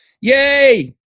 yay